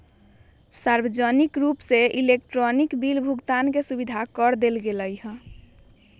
सार्वजनिक रूप से इलेक्ट्रॉनिक बिल भुगतान के सुविधा कर देवल गैले है